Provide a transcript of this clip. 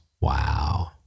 Wow